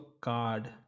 card